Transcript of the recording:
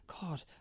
God